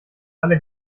alle